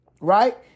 right